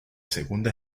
segunda